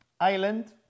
Island